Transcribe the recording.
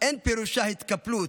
אין פירושה התקפלות.